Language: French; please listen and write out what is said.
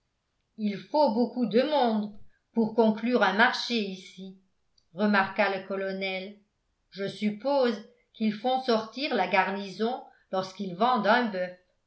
il faut beaucoup de monde pour conclure un marché ici remarqua le colonel je suppose qu'ils font sortir la garnison lorsqu'ils vendent un bœuf